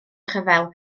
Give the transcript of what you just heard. rhyfel